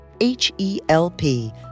H-E-L-P